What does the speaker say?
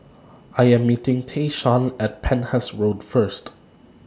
I Am meeting Tayshaun At Penhas Road First